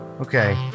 okay